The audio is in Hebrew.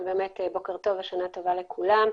בוקר טוב ושנה טובה לכולם.